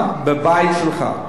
מותר בבית שלך.